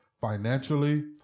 financially